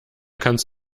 kannst